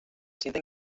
sienten